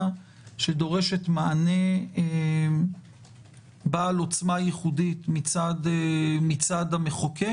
שדורשת מענה בעל עוצמה ייחודית מצד המחוקק